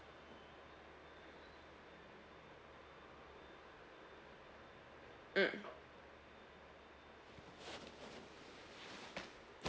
mm